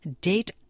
Date